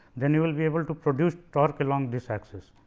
then you will be able to produce torque along this axis.